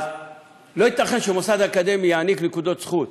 אז לא ייתכן שמוסד אקדמי יעניק נקודות זכות